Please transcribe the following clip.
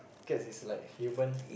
cats is like human